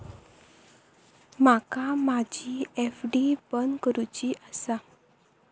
माका माझी एफ.डी बंद करुची आसा